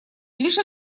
лишь